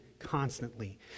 constantly